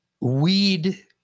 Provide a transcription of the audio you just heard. weed